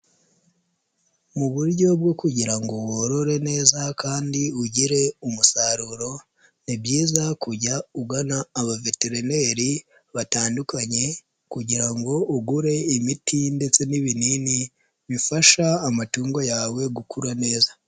Mu buryo bwo kugira ngo worore neza kandi ugire umusaruro. Ni byiza kujya ugana abaveterineri batandukanye kugira ngo ugure imiti ndetse n'ibinini bifasha amatungo yawe gukura neza.